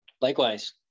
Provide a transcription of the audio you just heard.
Likewise